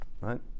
right